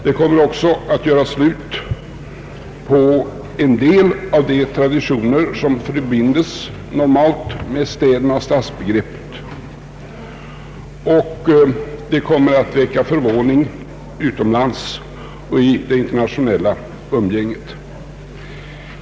Det kommer också att göra slut på en del av de traditioner som normalt förbindes med städerna och stadsbegreppet. Det kommer att väcka förvåning utomlands och i det internationella umgänget.